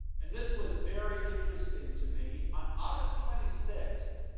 and this was very interesting to me, on august twenty six,